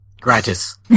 Gratis